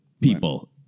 people